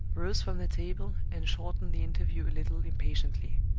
rose from the table and shortened the interview a little impatiently.